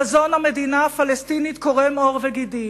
חזון המדינה הפלסטינית קורם עור וגידים.